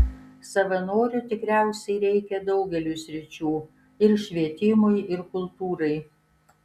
savanorių tikriausiai reikia daugeliui sričių ir švietimui ir kultūrai